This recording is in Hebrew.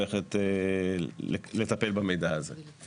ולטפל באותו מידע.